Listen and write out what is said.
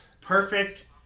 perfect